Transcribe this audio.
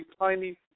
tiny